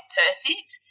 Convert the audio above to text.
perfect